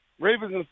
Ravens